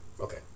Okay